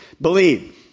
believe